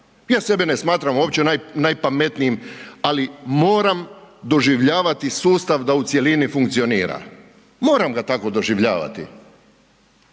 Ja sebe ne smatram uopće najpametnijim ali moram doživljavati sustav da u cjelini funkcionira. Moram ga tako doživljavati.